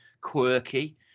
quirky